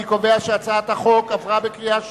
אני קובע שהצעת החוק התקבלה בקריאה שנייה.